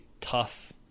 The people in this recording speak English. tough